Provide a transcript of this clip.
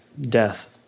death